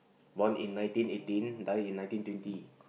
born in nineteen eighteen die in nineteen twenty